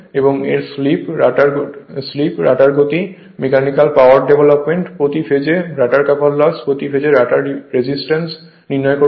এবং এর স্লিপ রটারের গতি মেকানিকাল পাওয়ার ডেভেলপমেন্ট প্রতি ফেজে রটার কপার লস প্রতি ফেজ রটার রেজিস্ট্যান্স নির্ণয় করুন